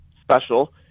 special